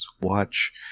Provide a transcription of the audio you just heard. Watch